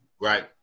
Right